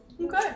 Okay